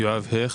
חזרה.